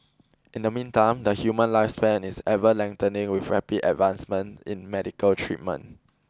in the meantime the human lifespan is ever lengthening with rapid advancements in medical treatment